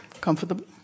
comfortable